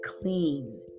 clean